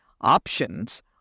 options